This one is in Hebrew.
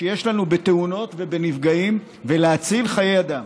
שיש לנו בתאונות ובנפגעים, ולהציל חיי אדם.